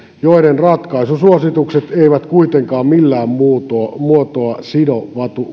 joiden ratkaisusuositukset eivät kuitenkaan millään muotoa sido